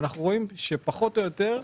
אנחנו רואים שפחות או יותר,